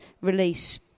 release